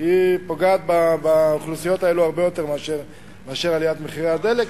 פוגעת באוכלוסיות האלה הרבה יותר מאשר עליית מחירי הדלק.